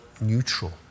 neutral